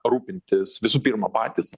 rūpintis visų pirma patys